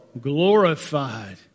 Glorified